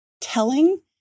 telling